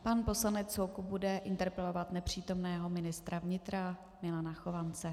Pan poslanec Soukup bude interpelovat nepřítomného ministra vnitra Milana Chovance.